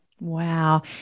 wow